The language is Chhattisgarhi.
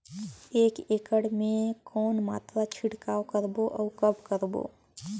एक एकड़ मे के कौन मात्रा छिड़काव करबो अउ कब करबो?